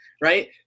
Right